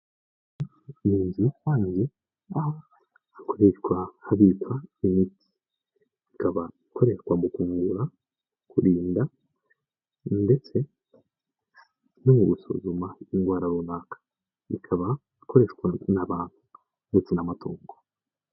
Ni inzu rusange aho hakoreshwa habikwa imiti. Ikaba ikoreshwa mu kuvura, kurinda ndetse no mu gusuzuma indwara runaka. Ikaba ikoreshwa n'abantu ndetse n'amatungo.